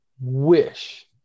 wish